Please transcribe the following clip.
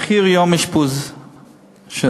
מחיר יום אשפוז עלה.